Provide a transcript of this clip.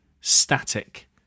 Static